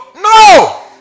no